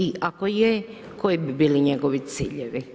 I ako je koji bi bili njegovi ciljevi.